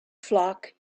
flock